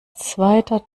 zweiter